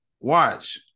Watch